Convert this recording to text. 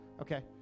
Okay